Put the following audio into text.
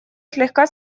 слегка